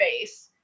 face